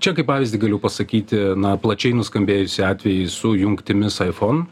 čia kaip pavyzdį galiu pasakyti na plačiai nuskambėjusį atvejį su jungtimis iphone